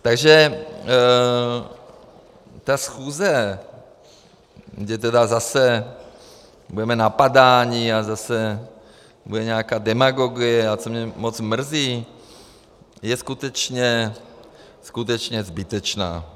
Takže ta schůze, kde tedy zase budeme napadáni a zase bude nějaká demagogie, což mě moc mrzí, je skutečně, skutečně zbytečná.